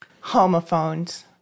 homophones